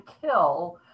kill